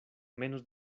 menos